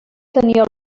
tenia